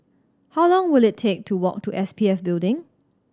how long will it take to walk to S P F Building